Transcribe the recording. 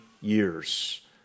years